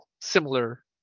similar